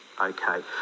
Okay